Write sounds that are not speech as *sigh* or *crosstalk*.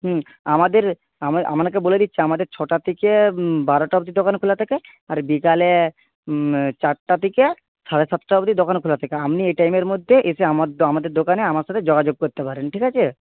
হুম আমাদের *unintelligible* আপনাকে বলে দিচ্ছি আমাদের ছটা থেকে বারোটা অব্দি দোকান খোলা থাকে আর বিকেলে চারটে থেকে সাড়ে সাতটা অব্দি দোকান খোলা থাকে আপনি এই টাইমের মধ্যে এসে *unintelligible* আমাদের দোকানে আমার সাথে যোগাযোগ করতে পারেন ঠিক আছে